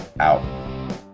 out